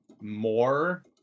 more